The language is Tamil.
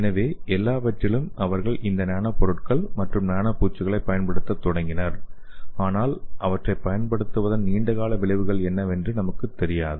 எனவே எல்லாவற்றிலும் அவர்கள் இந்த நானோ பொருட்கள் மற்றும் நானோ பூச்சுகளைப் பயன்படுத்தத் தொடங்கினர் ஆனால் அவற்றைப் பயன்படுத்துவதன் நீண்ட கால விளைவுகள் என்னவென்று நமக்குத் தெரியாது